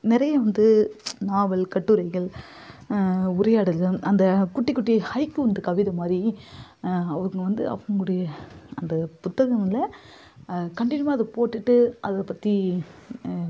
நிறைய வந்து நாவல் கட்டுரைகள் உரையாடல்கள் அந்த குட்டி குட்டி ஹைக்கூ கவிதை மாதிரி அவங்க வந்து அவங்களுடைய அந்த புத்தகம்ல கன்டினியூவாக அதை போட்டுகிட்டு அதைப் பற்றி